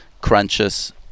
crunches